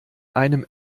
einem